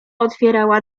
otwierała